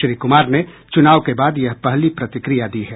श्री कुमार ने चुनाव के बाद यह पहली प्रतिक्रिया दी है